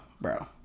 bro